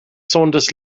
saunders